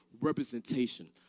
representation